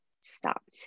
stopped